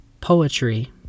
Poetry